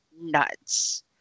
nuts